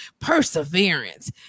perseverance